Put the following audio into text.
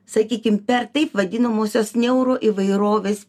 sakykim per taip vadinamosios neuro įvairovės